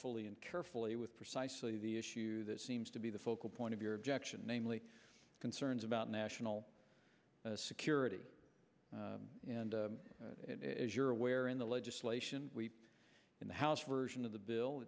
fully and carefully with precisely the issue that seems to be the focal point of your objection namely concerns about national security and as you're aware in the legislation we in the house version of the bill